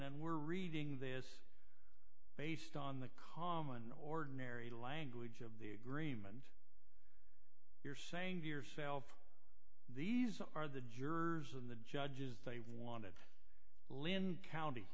and we're reading this based on the common ordinary language of the agreement you're saying to yourself these are the jurors of the judges they wanted linn county